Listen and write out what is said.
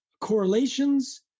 correlations